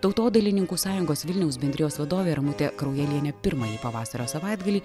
tautodailininkų sąjungos vilniaus bendrijos vadovė ramutė kraujalienė pirmąjį pavasario savaitgalį